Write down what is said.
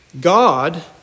God